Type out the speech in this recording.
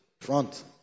Front